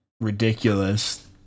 ridiculous